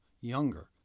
younger